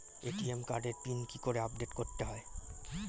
ATM কার্ডের pin কি করে আপডেট করতে হয়?